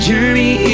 journey